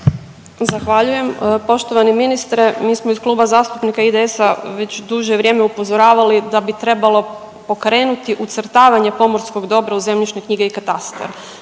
Zahvaljujem. Poštovani ministre, mi smo iz Kluba zastupnika IDS-a već duže vrijeme upozoravali da bi trebalo pokrenuti ucrtavanje pomorskog dobra u zemljišne knjige i katastar,